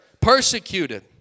Persecuted